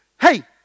hey